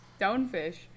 Stonefish